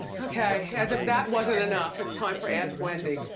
okay, as if that wasn't enough, it's time for ask wendy.